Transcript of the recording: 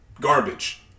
garbage